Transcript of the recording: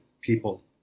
people